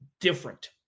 different